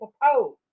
propose